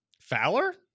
Fowler